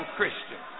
Christian